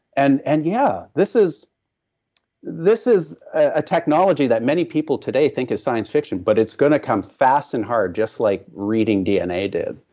and and yeah, this is this is a technology that many people today think is science fiction but it's going to come fast and hard just like reading dna did,